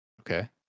Okay